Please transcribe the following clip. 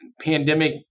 pandemic